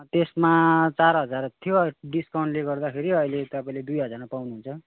त्यसमा चार हजार थियो डिसकाउन्टले गर्दाखेरि अहिले तपाईँले दुई हजारमा पाउनुहुन्छ